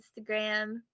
Instagram